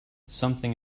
something